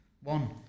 One